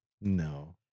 no